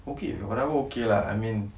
okay apa pada aku okay lah I mean